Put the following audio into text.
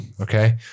okay